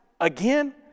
again